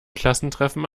klassentreffen